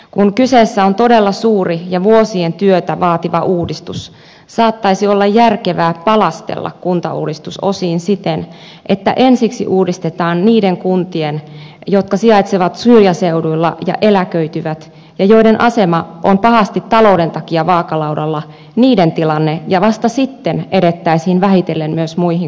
kun kyseessä on todella suuri ja vuosien työtä vaativa uudistus saattaisi olla järkevää palastella kuntauudistus osiin siten että ensiksi uudistetaan niiden kuntien tilanne jotka sijaitsevat syrjäseuduilla ja eläköityvät ja joiden asema on pahasti talouden takia vaakalaudalla ja vasta sitten edettäisiin vähitellen myös muihin kuntiin